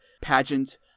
Pageant